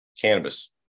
Cannabis